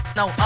no